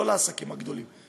לא לעסקים הגדולים,